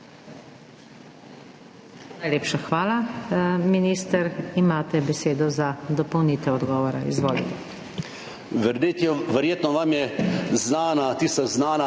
Najlepša hvala. Minister, imate besedo za dopolnitev odgovora. Izvolite.